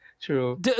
True